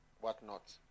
whatnot